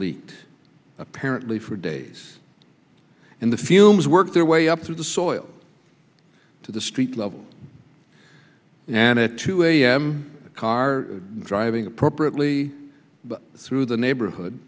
leak apparently for days in the fumes worked their way up through the soil to the street level and at two a m a car driving appropriately but through the neighborhood